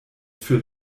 führt